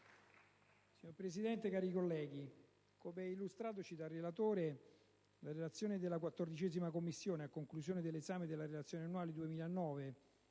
Signor Presidente, cari colleghi, come illustratoci dal relatore, la relazione della 14a Commissione a conclusione dell'esame della Relazione annuale 2009